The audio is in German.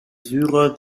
syrer